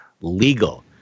legal